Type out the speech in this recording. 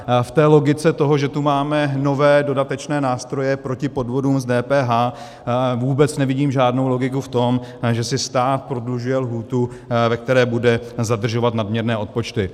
A v logice toho, že tu máme nové dodatečné nástroje proti podvodům s DPH, vůbec nevidím žádnou logiku v tom, že si stát prodlužuje lhůtu, ve které bude zadržovat nadměrné odpočty.